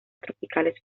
tropicales